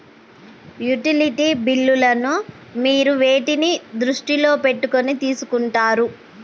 Utility బిల్లులను మీరు వేటిని దృష్టిలో పెట్టుకొని తీసుకుంటారు?